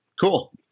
Cool